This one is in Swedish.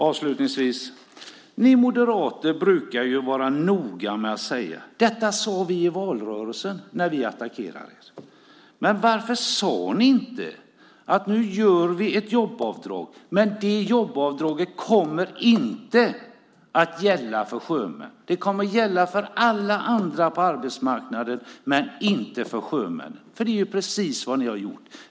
Avslutningsvis: Ni moderater brukar vara noga med att säga "detta sade vi i valrörelsen" när vi attackerar er. Men varför sade ni inte att ni skulle införa ett jobbavdrag men att det inte kommer att gälla för sjömän, att det kommer att gälla för alla andra på arbetsmarknaden men inte för sjömännen? Det är precis vad ni har gjort.